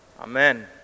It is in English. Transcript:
Amen